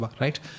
right